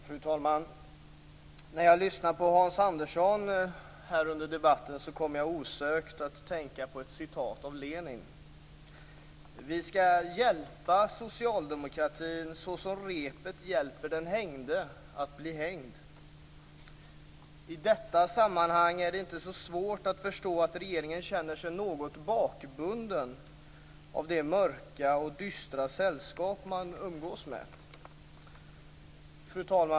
Fru talman! När jag lyssnade på Hans Andersson under debatten kom jag osökt att tänka på ett citat av Lenin: Vi skall hjälpa socialdemokratin såsom repet hjälper den hängde att bli hängd. I detta sammanhang är det inte så svårt att förstå att regeringen känner sig något bakbunden av det mörka och dystra sällskap den umgås med. Fru talman!